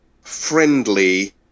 friendly